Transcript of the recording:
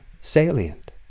salient